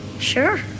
Sure